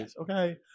Okay